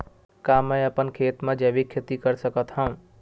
का मैं अपन खेत म जैविक खेती कर सकत हंव?